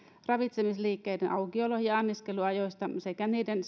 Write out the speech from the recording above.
ravitsemisliikkeiden aukiolo ja anniskeluajoista sekä niiden